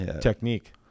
technique